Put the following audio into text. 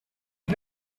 you